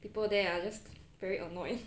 people there are just very annoyed